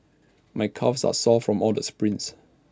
my calves are sore from all the sprints